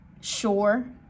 sure